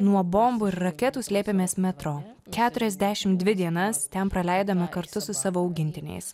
nuo bombų ir raketų slėpėmės metro keturiasdešim dvi dienas ten praleidome kartu su savo augintiniais